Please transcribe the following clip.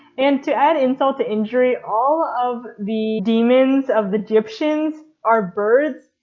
and to add insult to injury all of the daemons of the gyptians are birds.